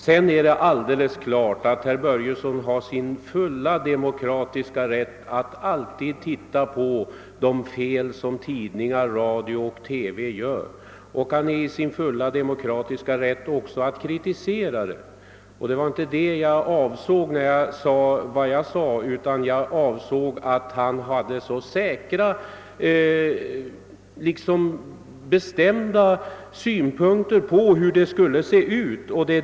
Herr Börjesson i Falköping har naturligtvis sin fulla demokratiska rätt att granska de felaktiga uppgifter som tidningar, radio och TV lämnar och även att kritisera dem — den rätten har jag aldrig velat förmena honom. Vad jag avsåg att anmärka på var att herr Börjesson har så bestämda synpunkter på hur informationen skall se ut.